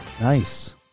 Nice